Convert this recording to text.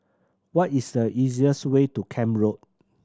what is the easiest way to Camp Road